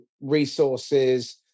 resources